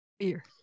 fear